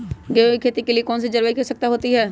गेंहू की खेती के लिए कौन सी जलवायु की आवश्यकता होती है?